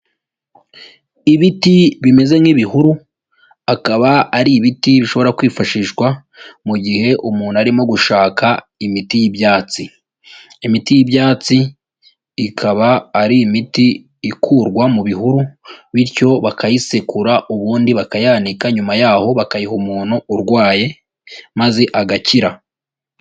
Ibiti bimeze nk'ibihuru akaba ari ibiti bishobora kwifashishwa mu gihe umuntu arimo gushaka imiti y'ibyatsi, imiti y'ibyatsi ikaba ari imiti ikurwa mu bihuru bityo bakayisekura ubundi bakayanika nyuma yaho bakayiha umuntu urwaye maze agakira.